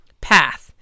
Path